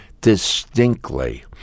distinctly